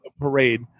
...parade